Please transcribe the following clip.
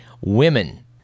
women